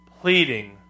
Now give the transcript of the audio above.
pleading